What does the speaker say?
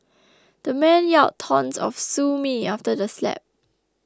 the man yelled taunts of sue me after the slap